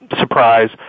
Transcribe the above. Surprise